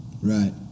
Right